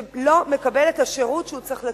שלא מקבל את השירות שהוא צריך לקבל,